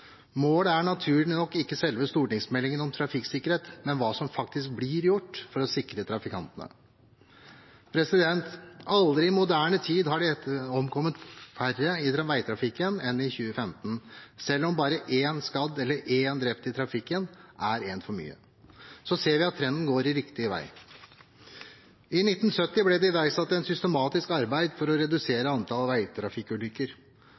Målet er naturlig nok ikke selve stortingsmeldingen om trafikksikkerhet, men hva som faktisk blir gjort for å sikre trafikantene. Aldri i moderne tid har det omkommet færre i veitrafikken enn i 2015, selv om bare én skadd eller én drept i trafikken er én for mye. Vi ser at trenden går riktig vei. I 1970 ble det iverksatt et arbeid for å